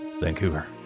Vancouver